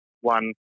one